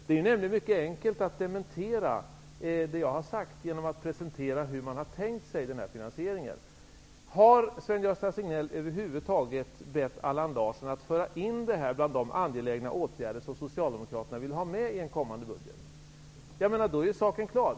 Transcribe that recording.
Det är mycket enkelt att dementera det jag har sagt genom att redovisa hur man har tänkt sig finansieringen. Har Sven-Gösta Signell över huvud taget bett Allan Larsson att föra in detta bland de angelägna åtgärder som Socialdemokraterna vill ha med i en kommande budget? Har man gjort det är saken klar.